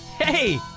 Hey